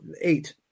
eight